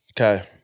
Okay